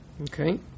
Okay